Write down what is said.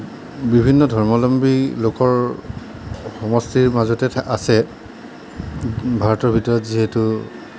বিভিন্ন ধৰ্মাৱলম্বী লোকৰ সমষ্টিৰ মাজতে থ আছে ভাৰতৰ ভিতৰত যিহেতু